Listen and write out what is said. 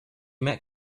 met